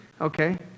Okay